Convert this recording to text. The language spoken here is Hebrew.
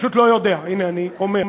פשוט לא יודע, הנה, אני אומר,